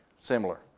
Similar